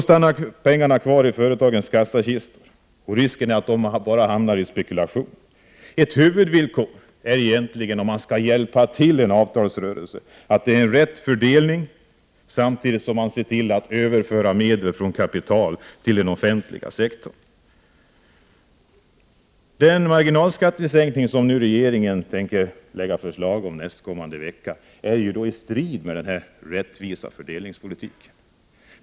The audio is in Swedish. Stannar pengarna kvar i företagens kassakistor, är dessutom risken stor att de hamnar i spekulation. Ett huvudvillkor är egentligen, om man skall ”hjälpa till” i en avtalsrörelse, att skattesänkningarna är fördelningspolitiskt riktiga, samtidigt som man ser till att överföra medel från kapital till den offentliga sektorn. nästkommande vecka strider mot en rättvis fördelningspolitik.